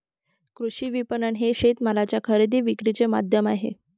कृषी विपणन हे शेतमालाच्या खरेदी विक्रीचे माध्यम आहे